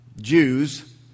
Jews